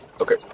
okay